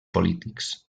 polítics